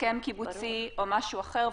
הסכם קיבוצי או משהו אחר,